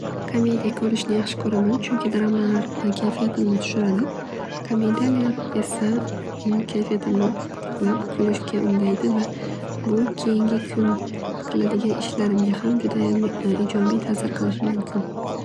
Komediya ko'rishni yaxshi ko'raman. Chunki drammalar kayfiyatimni tushuradi. Komediyalar esa kayfiyatimni tiklab kulishga undaydi va bu keyingi kun qiladigan ishlarimgayam judayam ijobiy tasir qilishi mumkin.